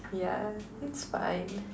yeah it's fine